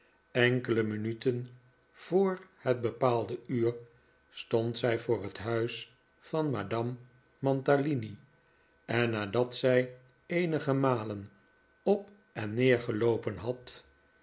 enkele minuten voor het bepaalde uur stond zij voor het huis van madame mantalini en nadat zij eenige malen op en neer geloopen had